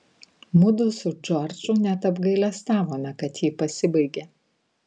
mudu su džordžu net apgailestavome kad ji pasibaigė